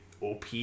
op